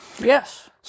Yes